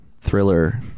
thriller